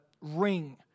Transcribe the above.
ring